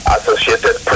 Associated